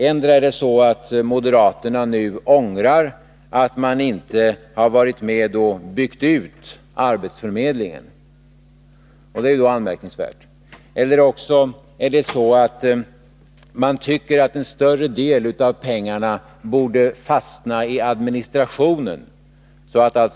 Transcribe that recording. Endera ångrar moderaterna nu att man inte varit med om att bygga ut arbetsförmedlingen — något som i så fall är anmärkningsvärt — eller också tycker man att en större del av pengarna skulle fastna i administrationen.